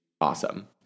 awesome